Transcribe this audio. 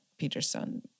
Peterson